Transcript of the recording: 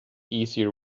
easier